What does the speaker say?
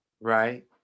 right